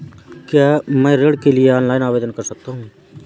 क्या मैं ऋण के लिए ऑनलाइन आवेदन कर सकता हूँ?